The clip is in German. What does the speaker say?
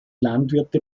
landwirte